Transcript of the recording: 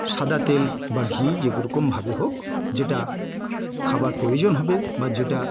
সাদা তেল বা ঘি যেরকমভাবে হোক যেটা খাবার প্রয়োজন হবে বা যেটা